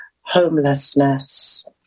homelessness